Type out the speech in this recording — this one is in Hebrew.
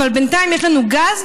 אבל בינתיים יש לנו גז,